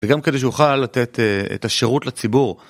וגם כדי שהוא יוכל לתת את השירות לציבור.